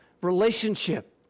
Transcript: relationship